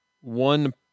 one